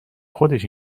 خودش